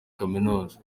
kaminuza